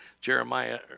Jeremiah